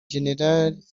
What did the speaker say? general